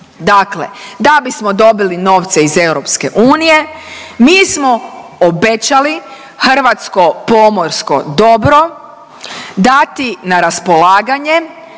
Dakle, da bismo dobili novce iz EU mi smo obećali hrvatsko pomorsko dobro dati na raspolaganje